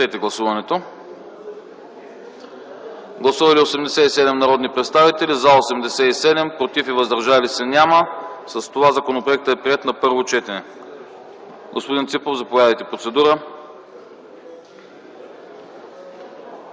Гласували 87 народни представители: за 87, против няма, въздържали се няма. С това законопроектът е приет на първо четене. Господин Ципов, заповядайте – процедура.